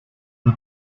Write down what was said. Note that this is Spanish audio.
fue